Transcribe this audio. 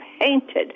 painted